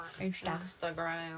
Instagram